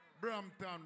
Brampton